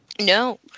No